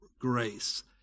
grace